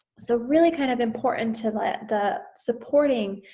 so really kind of important to let the supporting,